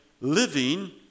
living